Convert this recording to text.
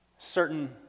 certain